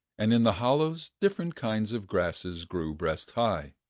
and in the hollows different kinds of grasses grew breast high.